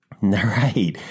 Right